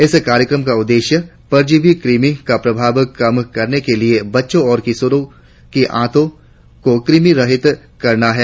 इस कार्यक्रम का उद्देश्य परजीवी कृमि का प्रभाव कम करने के लिए बच्चों और किशोरों की आंतों को कृमिरहित करना है